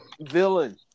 villain